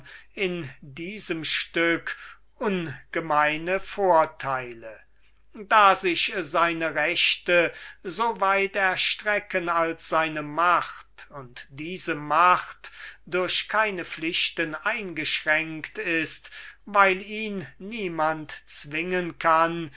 in diesem stück einen ungemeinen vorteil da sich seine rechte so weit erstrecken als seine macht und diese macht durch keine pflichten eingeschränkt ist weil ihn niemand zwingen kann